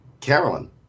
Carolyn